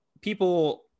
people